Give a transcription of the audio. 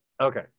Okay